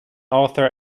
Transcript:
author